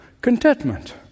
contentment